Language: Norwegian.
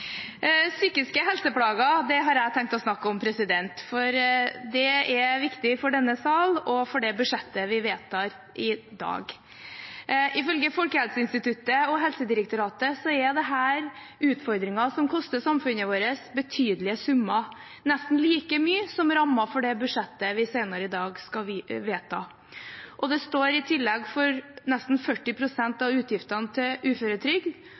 psykiske helseplager, for det er viktig for denne sal og for det budsjettet vi vedtar i dag. Ifølge Folkehelseinstituttet og Helsedirektoratet er dette utfordringer som koster samfunnet vårt betydelige summer, nesten like mye som rammen for det budsjettet vi senere i dag skal vedta. Det står i tillegg for nesten 40 pst. av utgiftene til uføretrygd